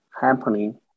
happening